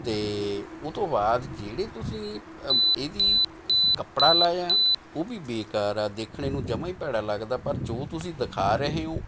ਅਤੇ ਉਹ ਤੋਂ ਬਾਅਦ ਜਿਹੜੇ ਤੁਸੀਂ ਇਹਦੀ ਕੱਪੜਾ ਲਾਇਆ ਉਹ ਵੀ ਬੇਕਾਰ ਹੈ ਦੇਖਣ ਨੂੰ ਜਮ੍ਹਾਂ ਹੀ ਭੈੜਾ ਲੱਗਦਾ ਪਰ ਜੋ ਤੁਸੀਂ ਦਿਖਾ ਰਹੇ ਹੋ